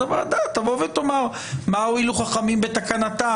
אז הוועדה תבוא ותאמר: מה הועילו חכמים בתקנתם?